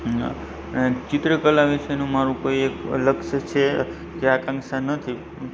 ચિત્રકલા વિશેનું મારું કોઈ એક લક્ષ્ય છે કે આકાંક્ષા નથી